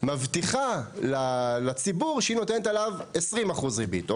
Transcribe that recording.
מבטיחה לציבור שהיא נותנת עליו 20% ריבית,